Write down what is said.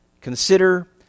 Consider